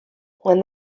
when